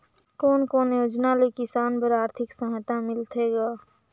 कोन कोन योजना ले किसान बर आरथिक सहायता मिलथे ग?